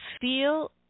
feel